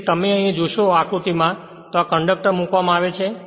તેથી જો તમે અહીં આકૃતિ જોશો કે આ કંડક્ટર મૂકવામાં આવે છે